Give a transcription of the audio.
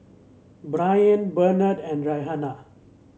Briana Benard and Rhianna